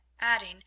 adding